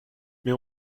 mais